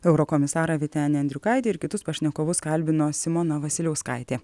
eurokomisarą vytenį andriukaitį ir kitus pašnekovus kalbino simona vasiliauskaitė